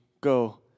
Go